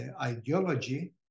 ideology